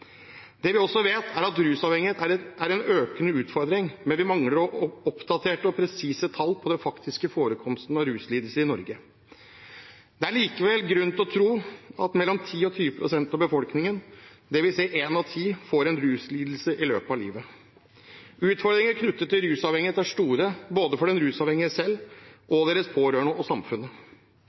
Det vi også vet, er at rusavhengighet er en økende utfordring, men vi mangler oppdaterte og presise tall på den faktiske forekomsten av ruslidelser i Norge. Det er likevel grunn til å tro at mellom 10 og 20 pst. av befolkningen, dvs. én av ti, får en ruslidelse i løpet av livet. Utfordringer knyttet til rusavhengighet er store, både for den rusavhengige selv, for deres pårørende og for samfunnet.